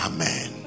Amen